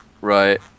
right